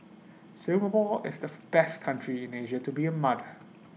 Singapore is the best country in Asia to be A mother